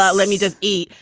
let let me just eat.